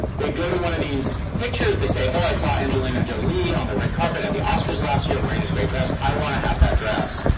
they go to one of these pictures, they say oh, i saw angelina jolie on the red carpet at the oscars last year wearing this great dress. i want to have that dress.